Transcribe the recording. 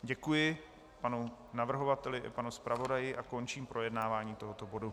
Děkuji panu navrhovateli i panu zpravodaji a končím projednávání tohoto bodu.